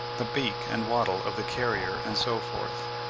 the beak and wattle of the carrier, and so forth.